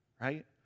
right